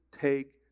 take